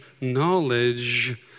knowledge